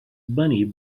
bunny